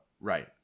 Right